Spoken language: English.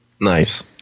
Nice